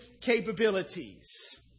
capabilities